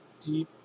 deep